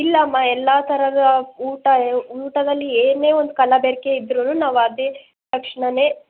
ಇಲ್ಲಮ್ಮ ಎಲ್ಲ ಥರದ ಊಟ ಊಟದಲ್ಲಿ ಏನೇ ಒಂದು ಕಲಬೆರಕೆ ಇದ್ರೂ ನಾವು ಅದೇ ತಕ್ಷಣನೇ